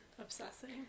Obsessing